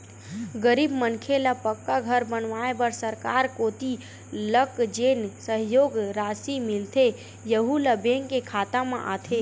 गरीब मनखे ल पक्का घर बनवाए बर सरकार कोती लक जेन सहयोग रासि मिलथे यहूँ ह बेंक के खाता म आथे